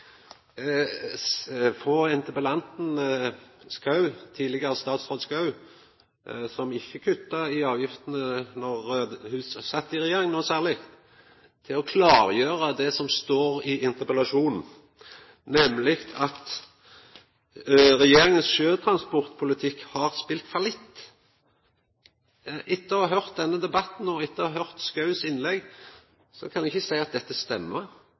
tidlegare statsråd Schou, som ikkje kutta i avgiftene noko særleg då ho sat i regjering – til å klargjera det som står i interpellasjonen, nemleg: «Regjeringens sjøtransportpolitikk har spilt fallitt.» Etter å ha høyrt denne debatten og etter å ha høyrt Schous innlegg kan eg ikkje sjå at dette stemmer.